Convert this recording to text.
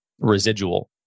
residual